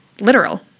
literal